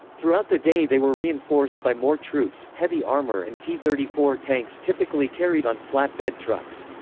throughout the day they were reinforced by more troops, heavy armour and t thirty four tanks typically carried on flat-bed trucks.